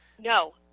No